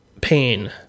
pain